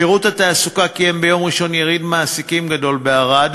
שירות התעסוקה קיים ביום ראשון יריד מעסיקים גדול בערד,